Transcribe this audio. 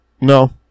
No